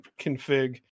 config